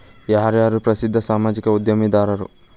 ಯಾರ್ಯಾರು ಪ್ರಸಿದ್ಧ ಸಾಮಾಜಿಕ ಉದ್ಯಮಿದಾರರು